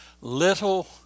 Little